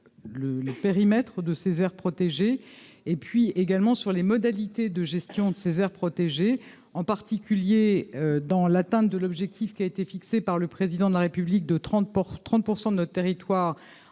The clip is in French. le périmètre de ces aires protégées et puis également sur les modalités de gestion de ces aires protégées, en particulier dans l'atteinte de l'objectif qui a été fixé par le président de la République de transport